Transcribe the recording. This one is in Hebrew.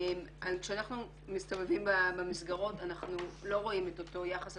כשאנחנו מסתובבים במסגרות אנחנו לא רואים את אותו יחס,